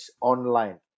online